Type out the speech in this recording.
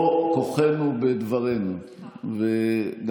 הרבה מסיתים נגדנו, חזרה.